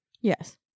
Yes